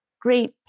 great